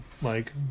Mike